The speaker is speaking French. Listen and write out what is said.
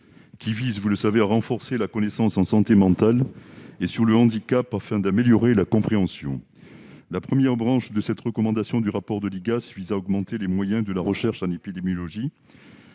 visait à renforcer la connaissance en santé mentale et sur le handicap, afin d'en améliorer la compréhension. La première branche de cette recommandation du rapport de l'IGAS vise à augmenter les moyens de la recherche en épidémiologie.